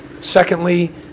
secondly